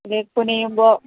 ഇല്ലേൽ കുനിയുമ്പോൾ